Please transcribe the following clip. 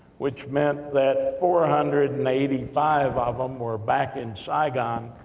which meant that four hundred and eighty five of them were back in saigon,